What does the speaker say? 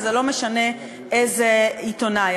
ולא משנה איזה עיתונאי,